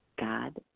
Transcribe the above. God